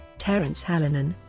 terence hallinan,